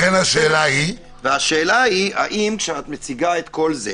השאלה היא האם כשאת מציגה את כל זה,